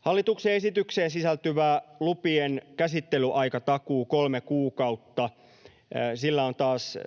Hallituksen esitykseen sisältyvällä lupien käsittelyaikatakuulla, kolme kuukautta, on taas